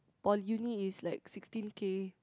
for uni it's like sixteen K